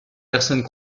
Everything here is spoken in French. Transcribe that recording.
personnes